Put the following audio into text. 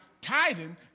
tithing